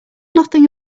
nothing